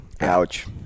Ouch